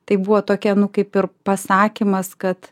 tai buvo tokia nu kaip ir pasakymas kad